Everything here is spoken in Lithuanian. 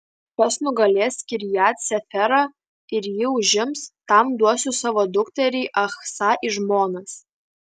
kas nugalės kirjat seferą ir jį užims tam duosiu savo dukterį achsą į žmonas